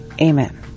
Amen